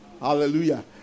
Hallelujah